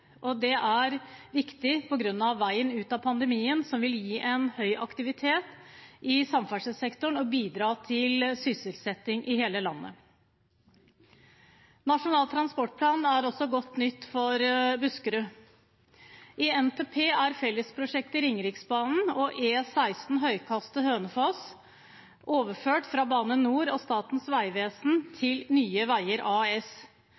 og det er viktig på grunn av veien ut av pandemien, som vil gi høy aktivitet i samferdselssektoren og bidra til sysselsetting i hele landet. Nasjonal transportplan er også godt nytt for Buskerud. I NTP er fellesprosjektet Ringeriksbanen og E16 Høgkastet–Hønefoss overført fra Bane NOR og Statens vegvesen til Nye Veier AS.